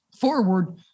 forward